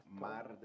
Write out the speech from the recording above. Mar